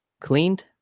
cleaned